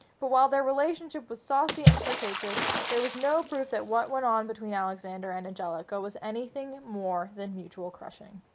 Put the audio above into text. but while their relationship with saucy and flirtatious there was no proof that what went on between alexander and angelica was anything more than mutual crushing.